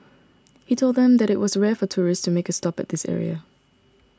he told them that it was rare for tourists to make a stop at this area